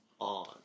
on